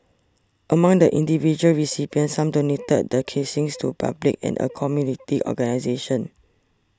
among the individual recipients some donated the casings to public and a community organisation